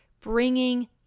bringing